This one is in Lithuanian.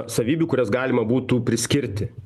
savybių kurias galima būtų priskirti